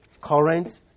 current